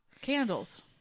Candles